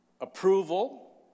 approval